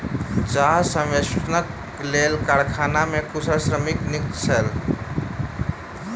चाह संवेष्टनक लेल कारखाना मे कुशल श्रमिक नियुक्त छल